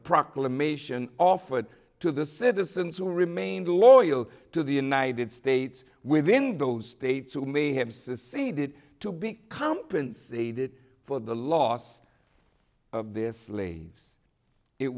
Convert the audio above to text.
proclamation offered to the citizens who remained loyal to the united states within those states who may have seceded to be compensated for the loss of this leaves it